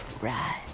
Right